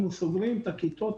אנחנו סוגרים את הכיתות,